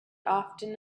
often